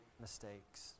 mistakes